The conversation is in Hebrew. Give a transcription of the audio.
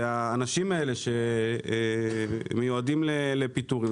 האנשים שמיועדים לפיטורים,